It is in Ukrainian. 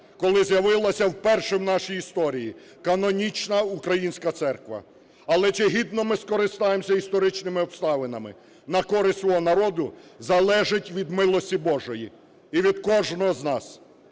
коли з'явилася вперше в нашій історії канонічна Українська церква. Але чи гідно ми скористаємося історичними обставинами на користь свого народу, залежить від милості Божої і від кожного з нас.